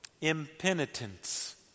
impenitence